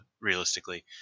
realistically